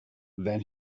then